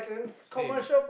same